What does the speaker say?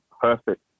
perfect